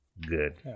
Good